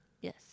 Yes